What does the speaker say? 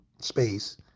space